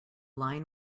line